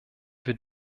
wir